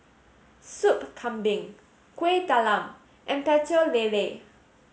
Soup Kambing Kuih Talam and Pecel Lele